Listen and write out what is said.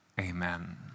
amen